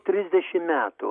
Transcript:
trisdešim metų